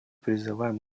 призываем